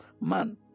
man